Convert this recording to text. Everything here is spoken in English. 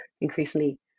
increasingly